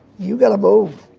you've got to move.